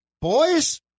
Boys